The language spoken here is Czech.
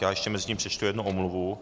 Já ještě mezitím přečtu jednu omluvu.